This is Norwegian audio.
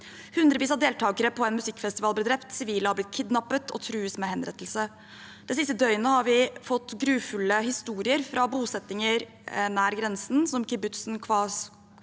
Hundrevis av deltakere på en musikkfestival ble drept. Sivile har blitt kidnappet og trues med henrettelse. Det siste døgnet har vi fått grufulle historier fra bosettinger nær grensen, som kibbutzen Kfar